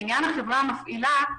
לעניין החברה המפעילה,